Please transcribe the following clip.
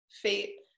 Fate